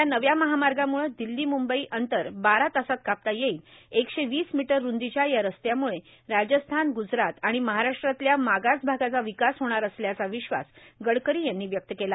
या नव्या महामार्गामुळे दिल्ली मुंबई अंतर बारा तासात कापता येईल एकशे वीस मीटर रुंदीच्या या रस्त्यामुळे राजस्थान गूजरात आणि महाराष्ट्रातल्या मागास भागाचा विकास होणार असल्याचा विश्वास गडकरी यांनी व्यक्त केला